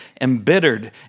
embittered